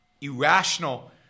irrational